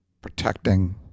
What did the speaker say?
protecting